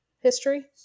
history